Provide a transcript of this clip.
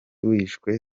wishwe